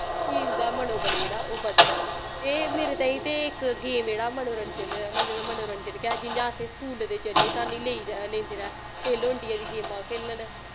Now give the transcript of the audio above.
team दा मनोबल जेह्ड़ा ओह् बद्ध दा ऐ ते मेरे ताईं ते इक गेम जेह्ड़ा मनोरंजन मनोरंजन गै जियां असें स्कूल दे जरिये साह्नू लेई जा लेंदे नै खेलो इंडिया दी गेमां खेल्लन